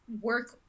work